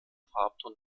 farbton